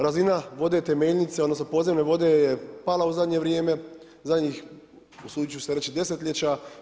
Razina vode temeljnice, odnosno podzemne vode je pala u zadnje vrijeme zadnjih usudit ću se reći desetljeća.